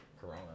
Corona